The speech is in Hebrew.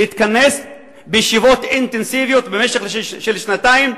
להתכנס בישיבות אינטנסיביות במשך שנתיים.